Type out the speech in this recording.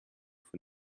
for